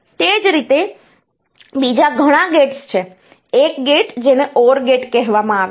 એ જ રીતે બીજા ઘણા ગેટ્સ છે એક ગેટ જેને OR ગેટ કહેવામાં આવે છે